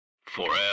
Forever